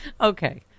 Okay